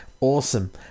awesome